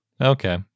Okay